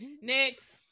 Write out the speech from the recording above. Next